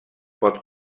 pot